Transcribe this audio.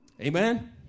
Amen